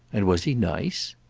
and was he nice?